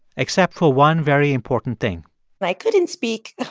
except for one very important thing i couldn't speak.